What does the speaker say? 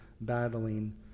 battling